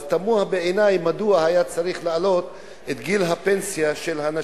אז תמוה בעיני מדוע היה צריך להעלות את גיל הפנסיה של הנשים.